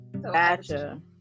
Gotcha